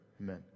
Amen